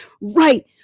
Right